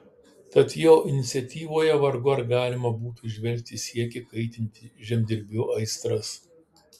tad jo iniciatyvoje vargu ar galima būtų įžvelgti siekį kaitinti žemdirbių aistras